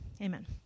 Amen